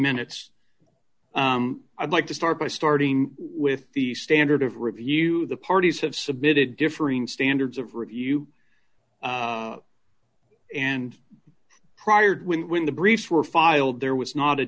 minutes i'd like to start by starting with the standard of review the parties have submitted differing standards of review and prior when the briefs were filed there was not a